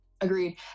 agreed